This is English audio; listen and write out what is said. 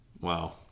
Wow